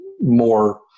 more